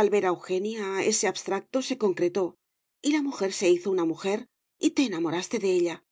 al ver a eugenia ese abstracto se concretó y la mujer se hizo una mujer y te enamoraste de ella